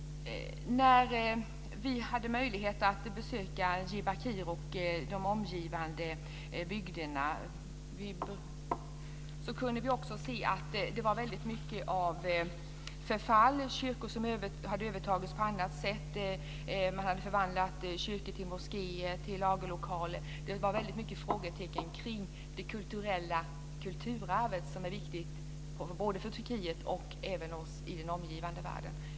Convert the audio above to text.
När vi hade möjlighet att besöka Diyarbakir och de omgivande bygderna kunde vi också se att det var väldigt mycket förfall. Kyrkor hade övertagits på annat sätt. Man hade förvandlat kyrkor till moskéer och till lagerlokaler. Det var väldigt många frågetecken kring det kulturella och kulturarvet, som är viktigt för både Turkiet och även oss i den omgivande världen.